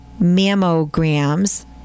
mammograms